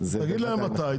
תגיד להם מתי,